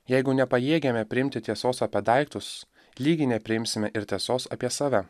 jeigu nepajėgiame priimti tiesos apie daiktus lygiai nepriimsime ir tiesos apie save